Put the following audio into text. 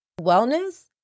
wellness